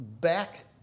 back